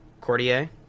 Courtier